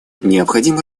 необходимо